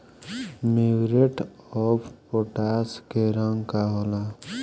Muriate of potash के रंग का होला?